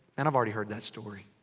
and i've already heard that story.